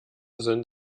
sind